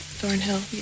Thornhill